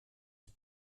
die